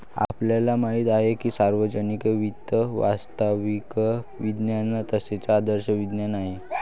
आपल्याला माहित आहे की सार्वजनिक वित्त वास्तविक विज्ञान तसेच आदर्श विज्ञान आहे